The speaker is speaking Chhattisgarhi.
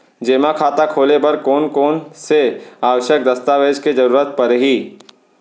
जेमा खाता खोले बर कोन कोन से आवश्यक दस्तावेज के जरूरत परही?